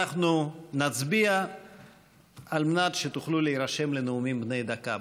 אנחנו נצביע על מנת שתוכלו להירשם לנאומים בני דקה.